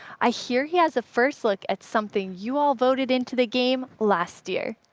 i hear he has a first look at something you all voted into the game last year.